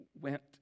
went